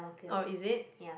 oh is it